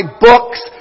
books